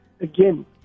again